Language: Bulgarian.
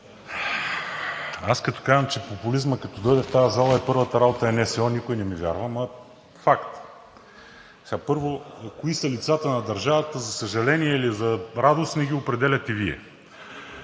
Аз като казвам, че популизмът като дойде в тази зала, първата работа е НСО – никой не ми вярва, ама е факт. Първо, които са лицата на държавата? За съжаление или за радост, не ги определяте Вие.